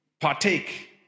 partake